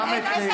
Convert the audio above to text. אבל היא נסגרה.